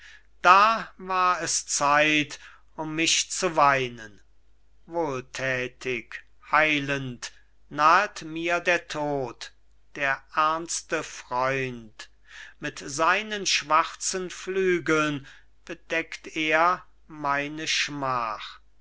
da war es zeit um mich zu weinen wohltätig heilend nahet mir der tod der ernste freund mit seinen schwarzen flügeln bedeckt er meine schmach